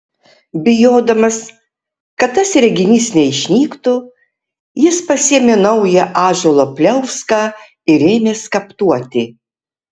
bijodamas kad tas reginys neišnyktų jis pasiėmė naują ąžuolo pliauską ir ėmė skaptuoti